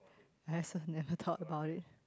I also never thought about it